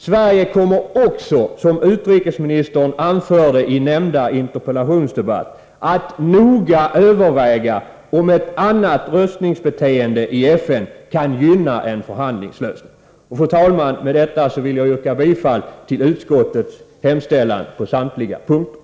Sverige kommer också, som utrikesministern anförde i nämnda interpellationsdebatt, att noga överväga om ett annat röstningsbeteende i FN kan gynna en förhandlingslösning. Fru talman! Med detta vill jag yrka bifall till utskottets hemställan på samtliga punkter.